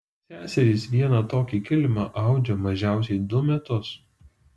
seserys vieną tokį kilimą audžia mažiausiai du metus